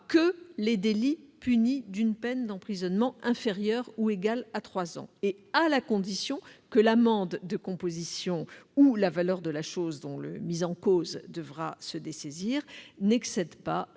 que les délits punis d'une peine d'emprisonnement inférieure ou égale à trois ans, et à la condition que l'amende de composition ou la valeur de la chose dont le mis en cause devra se dessaisir n'excède pas